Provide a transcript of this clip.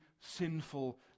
sinful